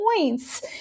points